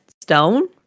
stone